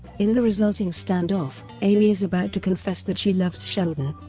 in the resulting stand-off, amy is about to confess that she loves sheldon,